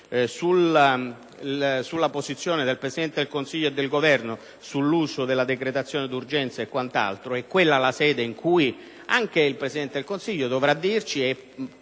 sulla posizione del Presidente del Consiglio e del Governo in merito all'uso della decretazione d'urgenza. È quella la sede in cui anche il Presidente del Consiglio dovrà riferirci